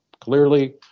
clearly